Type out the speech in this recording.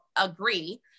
agree